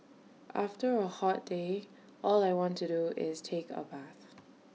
after A hot day all I want to do is take A bath